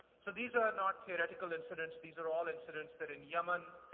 so these are not theoretical incidents, these are all incidents that in yemen,